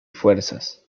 fuerzas